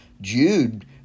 Jude